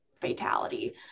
fatality